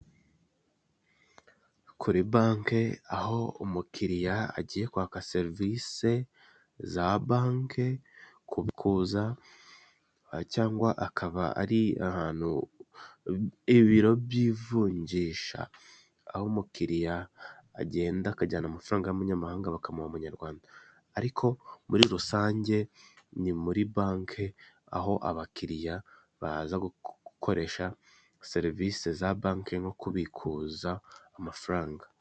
Kuri banki aho umukiriya agiye kwaka serivisi za banki kubikuza cyangwa akaba ari ahantu ibiro by'ivunjisha ,aho umukiriya agenda akajyana amafaranga y'amanyamahanga bakamuha amanyarwanda ariko muri rusange ni muri banki aho abakiriya baza gukoresha serivisi za banki no kubikuza amafaranga.